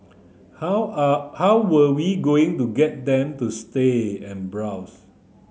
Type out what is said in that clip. how are how were we going to get them to stay and browse